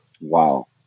Wow